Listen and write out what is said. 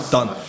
Done